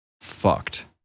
fucked